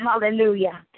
Hallelujah